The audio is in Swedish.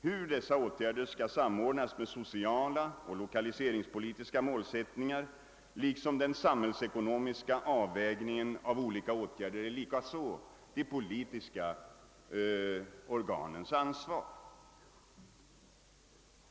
Hur dessa åtgärder skall samordnas med sociala och lokaliseringspolitiska målsättningar är, liksom den samhällsekonomiska avvägningen av olika åtgärder, likaledes de politiska organens uppgift.